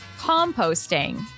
composting